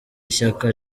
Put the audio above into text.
ishyaka